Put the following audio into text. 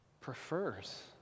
prefers